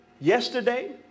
yesterday